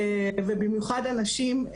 ובמיוחד הנשים,